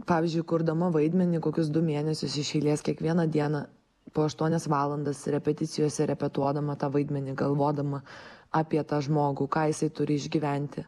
pavyzdžiui kurdama vaidmenį kokius du mėnesius iš eilės kiekvieną dieną po aštuonias valandas repeticijose repetuodama tą vaidmenį galvodama apie tą žmogų ką jisai turi išgyventi